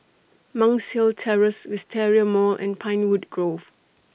Monk's Hill Terrace Wisteria Mall and Pinewood Grove